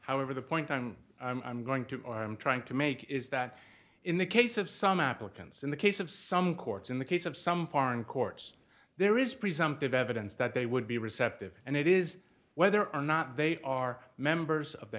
however the point i'm i'm going to trying to make is that in the case of some applicants in the case of some courts in the case of some foreign courts there is presumptive evidence that they would be receptive and it is whether or not they are members of the